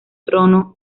trono